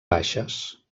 baixes